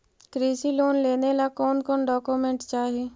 कृषि लोन लेने ला कोन कोन डोकोमेंट चाही?